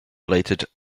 related